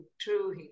true